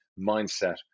mindset